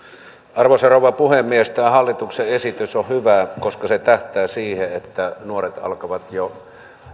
arvoisa rouva puhemies tämä hallituksen esitys on hyvä koska se tähtää siihen että nuoret alkavat jo